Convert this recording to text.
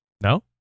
No